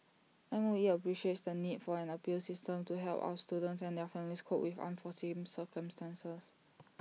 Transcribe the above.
M O E appreciates the need for an appeals system to help our students and their families cope with unforeseen circumstances